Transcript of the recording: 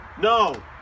no